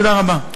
תודה רבה.